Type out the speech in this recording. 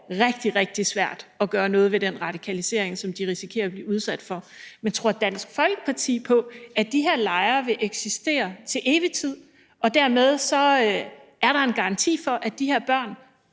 rigtig, rigtig svært at gøre noget ved den radikalisering, som de risikerer at blive udsat for. Men tror Dansk Folkeparti på, at de her lejre vil eksistere til evig tid, og at der dermed er en garanti for, at de her børn